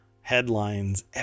headlines